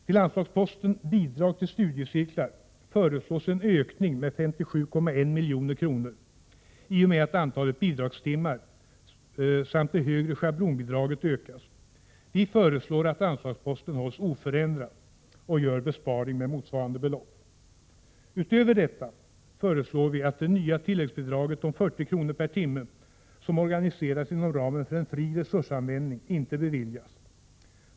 Till anslagsposten Bidrag till studiecirklar föreslås en ökning med 57,1 milj.kr. i och med att antalet bidragstimmar samt det högre schablonbidraget ökas. Vi föreslår att anslagsposten hålls oförändrad och gör en besparing på motsvarande belopp. Utöver detta föreslår vi att det nya tilläggsbidraget om 40 kr. per timme, som organiseras inom ramen för en fri resursanvändning, inte beviljas.